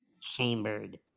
chambered